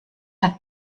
hat